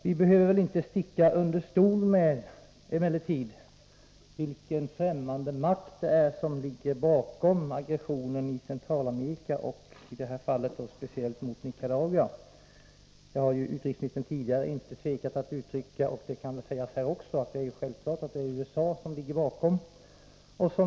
Vi behöver emellertid inte sticka under stol med vilken främmande makt det är som ligger bakom aggressionen i Centralamerika och i detta fall då speciellt mot Nicaragua — det har ju utrikesministern tidigare inte tvekat att uttrycka. Det kan väl sägas också här att det, självfallet, är USA som ligger bakom.